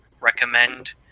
recommend